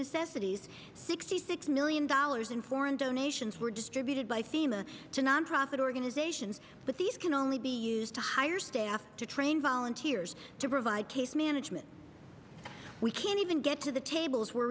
necessities sixty six million dollars in foreign donations were distributed by fema to nonprofit organizations but these can only be used to hire staff to train volunteers to provide case management we can even get to the tables were